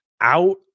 out